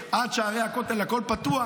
שעד שערי הכותל הכול יהיה פתוח,